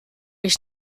ich